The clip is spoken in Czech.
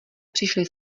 přišly